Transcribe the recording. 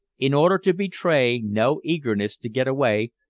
in order to betray no eagerness to get away,